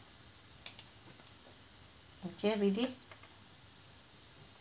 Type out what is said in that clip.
okay ready